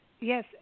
Yes